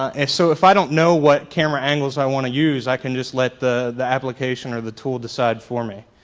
so if i don't know what camera angles i want to use i can just let the the application or the tool decide for me.